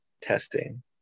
Testing